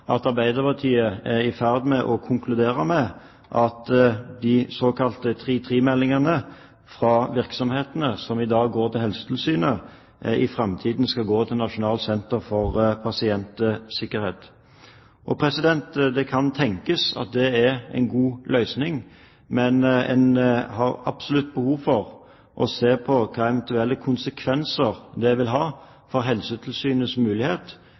at Arbeiderpartiet er i ferd med å konkludere med at de såkalte § 3-3-meldingene fra virksomhetene, som i dag går til Helsetilsynet, i framtiden skal gå til Nasjonalt senter for pasientsikkerhet. Det kan tenkes at det er en god løsning, men en har absolutt behov for å se på hva slags eventuelle konsekvenser det vil ha for Helsetilsynets mulighet